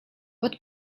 pod